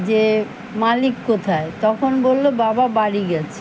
যে মালিক কোথায় তখন বললো বাবা বাড়ি গেছে